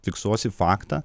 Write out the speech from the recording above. fiksuosi faktą